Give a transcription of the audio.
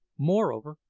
moreover,